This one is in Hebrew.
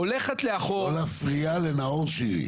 לא להפריע לנאור שירי.